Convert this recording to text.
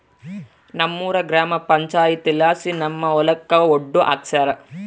ನಮ್ಮೂರ ಗ್ರಾಮ ಪಂಚಾಯಿತಿಲಾಸಿ ನಮ್ಮ ಹೊಲಕ ಒಡ್ಡು ಹಾಕ್ಸ್ಯಾರ